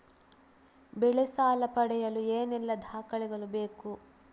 ಬೆಳೆ ಸಾಲ ಪಡೆಯಲು ಏನೆಲ್ಲಾ ದಾಖಲೆಗಳು ಬೇಕು?